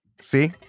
See